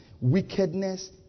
wickedness